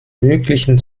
möglichen